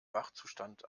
wachzustand